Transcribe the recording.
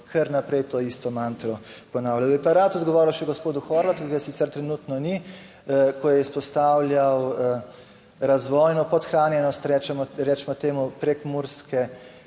kar naprej to isto mantro ponavljajo. Bi pa rad odgovoril še gospodu Horvatu, ki ga sicer trenutno ni, ko je izpostavljal razvojno podhranjenost, recimo temu, prekmurske